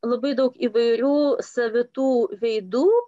labai daug įvairių savitų veidų